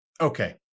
Okay